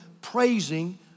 praising